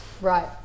Right